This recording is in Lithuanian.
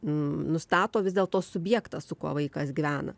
nustato vis dėl to subjektas su kuo vaikas gyvena